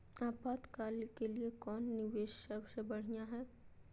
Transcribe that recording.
आपातकाल के लिए कौन निवेस सबसे बढ़िया है?